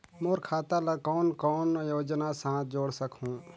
मोर खाता ला कौन कौन योजना साथ जोड़ सकहुं?